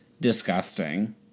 disgusting